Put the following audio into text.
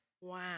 Wow